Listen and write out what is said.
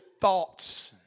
thoughts